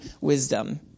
wisdom